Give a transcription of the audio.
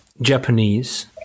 Japanese